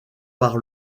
par